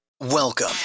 Welcome